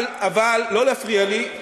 אבל, ד"ר שטייניץ, לא להפריע לי.